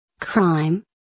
Crime